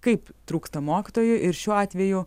kaip trūksta mokytojų ir šiuo atveju